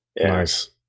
nice